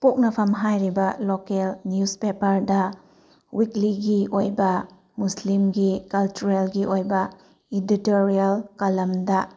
ꯄꯣꯛꯅꯐꯝ ꯍꯥꯏꯔꯤꯕ local news ꯄꯦꯄ꯭ꯔꯗ ꯋꯤꯛꯂꯤꯒꯤ ꯑꯣꯏꯕ ꯃꯨꯁꯂꯤꯝꯒꯤ ꯀꯜꯆꯔꯦꯜꯒꯤ ꯑꯣꯏꯕ ꯏꯗꯤꯇꯣꯔꯣꯌꯦꯜ ꯀꯂꯝꯗ